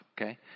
Okay